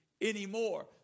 anymore